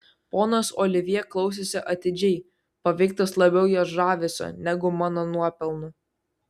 ponas olivjė klausėsi atidžiai paveiktas labiau jos žavesio negu mano nuopelnų